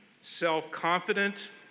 self-confident